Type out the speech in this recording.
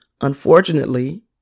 Unfortunately